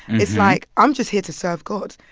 it's like, i'm just here to serve god.